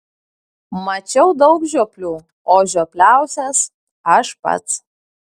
mačiau daug žioplių o žiopliausias aš pats